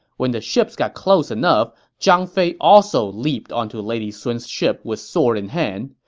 when the ships got close enough, zhang fei also leaped onto lady sun's ship with sword in hand.